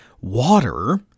Water